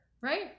Right